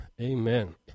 Amen